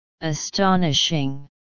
Astonishing